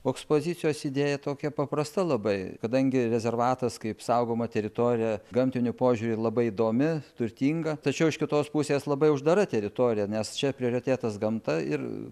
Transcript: o ekspozicijos idėja tokia paprasta labai kadangi rezervatas kaip saugoma teritorija gamtiniu požiūriu labai įdomi turtinga tačiau iš kitos pusės labai uždara teritorija nes čia prioritetas gamta ir